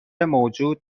موجود